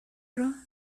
راه